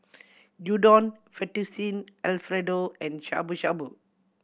Udon Fettuccine Alfredo and Shabu Shabu